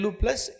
plus